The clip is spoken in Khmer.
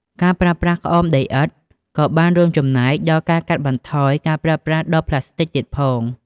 ការប្រើប្រាស់ក្អមដីឥដ្ឋក៏បានរួមចំណែកដល់ការកាត់បន្ថយការប្រើប្រាស់ដបប្លាស្ទិកទៀតផង។